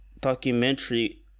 documentary